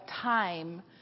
time